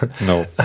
No